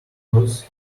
lose